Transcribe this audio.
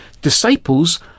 disciples